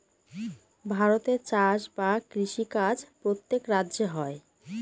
ভারতে চাষ বা কৃষি কাজ প্রত্যেক রাজ্যে হয়